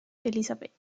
elizabeth